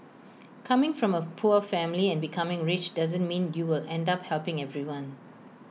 coming from A poor family and becoming rich doesn't mean you will end up helping everyone